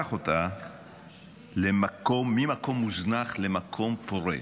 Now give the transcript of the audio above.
והפך אותה ממקום מוזנח למקום פורה.